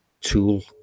tool